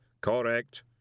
Correct